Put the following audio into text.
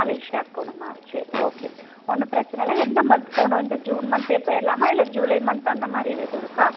மலேசியாவுக்கு போகணுமா சரி ஓகே ஒன்றும் பிரச்சனை இல்லை எந்த மந்த் போகணும் இந்த ஜூன் மந்த்தே போயிர்லாமா இல்லை ஜூலை மந்த் அந்தமாதிரி எதுவும் இருக்கா